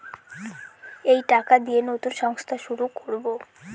এই টাকা দিয়ে নতুন সংস্থা শুরু করবো